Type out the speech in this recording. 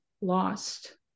lost